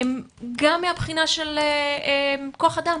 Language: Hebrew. גם מהבחינה של כוח אדם